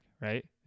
right